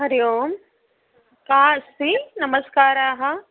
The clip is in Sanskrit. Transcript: हरिः ओं का अस्ति नमस्काराः